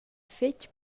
fetg